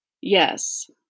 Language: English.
Yes